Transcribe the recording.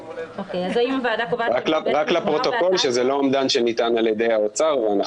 רק לפרוטוקול, שזה לא אומדן שניתן על ידי האוצר.